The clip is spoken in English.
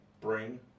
Bring